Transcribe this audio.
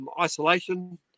isolation